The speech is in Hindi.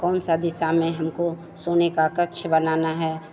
कौन सा दिशा में हमको सोने का कक्ष बनवाना है